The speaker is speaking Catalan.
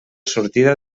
sortida